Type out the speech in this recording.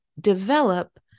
develop